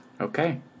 Okay